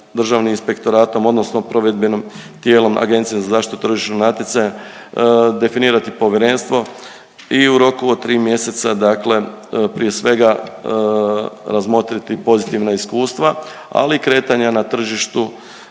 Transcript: Državnim inspektoratom odnosno provedbenom tijelom Agencije za zaštitu tržišnog natjecanja definirati povjerenstvo i u roku od tri mjeseca dakle prije svega razmotriti pozitivna iskustva, ali i kretanja na tržištu